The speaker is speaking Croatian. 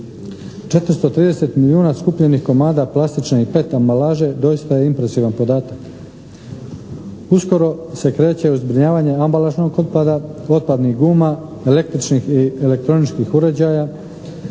430 milijuna skupljenih komada plastične i PET ambalaže doista je impresivan podatak. Uskoro se kreće u zbrinjavanje ambalažnog otpada, otpadnih guma, električnih i elektroničkih uređaja,